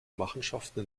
machenschaften